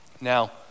Now